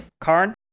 Karn